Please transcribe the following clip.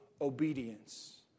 obedience